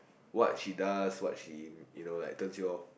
what she does what she you know like turns you off